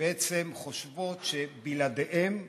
שבעצם חושבות שבלעדיהן,